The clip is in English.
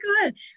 good